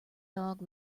dog